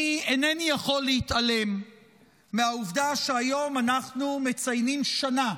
אני אינני יכול להתעלם מהעובדה שהיום אנחנו מציינים שנה